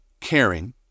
caring